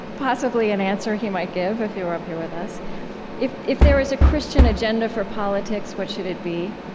possibly an answer he might give if he were up here with us if if there was a christian agenda for politics, what should it be?